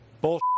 bull